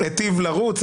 היטב לרוץ,